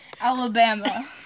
Alabama